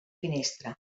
finestra